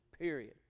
period